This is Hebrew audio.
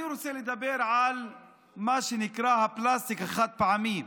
אני רוצה לדבר על מה שנקרא הפלסטיק החד-פעמי,